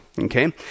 Okay